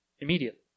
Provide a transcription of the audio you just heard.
immediately